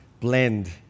blend